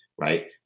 Right